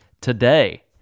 Today